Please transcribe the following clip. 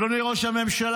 אדוני ראש הממשלה,